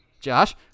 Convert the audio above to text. Josh